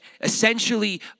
essentially